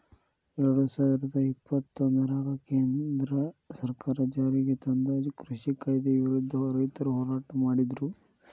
ಎರಡುಸಾವಿರದ ಇಪ್ಪತ್ತೊಂದರಾಗ ಕೇಂದ್ರ ಸರ್ಕಾರ ಜಾರಿಗೆತಂದ ಕೃಷಿ ಕಾಯ್ದೆ ವಿರುದ್ಧ ರೈತರು ಹೋರಾಟ ಮಾಡಿದ್ರು